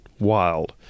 wild